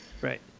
Right